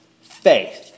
faith